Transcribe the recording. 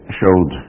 showed